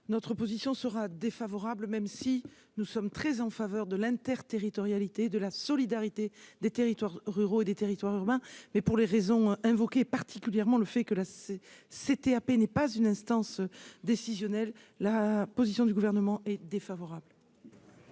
notre position sera défavorable, même si nous sommes très en faveur de l'Inter territorialité de la solidarité des territoires ruraux et des territoires urbains, mais, pour les raisons invoquées, particulièrement le fait que l'c'est c'était à n'est pas une instance décisionnelle, la position du gouvernement est défavorable.